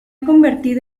convertido